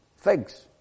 figs